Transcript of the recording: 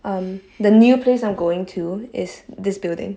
um the new place I'm going to is this building